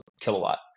kilowatt